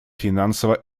финансово